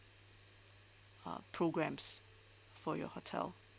uh programs for your hotel